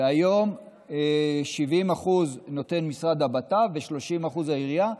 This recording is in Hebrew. והיום 70% נותן משרד הבט"פ ו-30% העירייה,